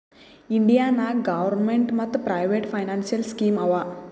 India ನಾಗ್ government ಮತ್ private financial scheme ಆವಾ